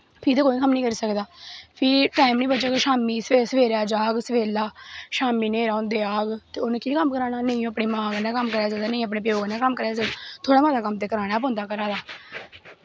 फ्ही ते कोई कम्म निं करी सकदा फ्ही टैम निं बचग शामीं जाह्ग सवेलै शामीं न्हेरा होंदे आह्ग ते उ'नें केह् कम्म कराना ना ओह् अपनी मां कन्नैं कम्म कराई सकदा नां अपने प्यो कन्नै कम्म कराई सकदा थोह्ड़ा मता कम्म ते कराना गै पौंदा घरा दा